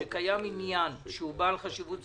רשאית היא להחליט על הקמת ועדת חקירה